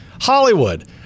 Hollywood